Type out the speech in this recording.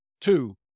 Two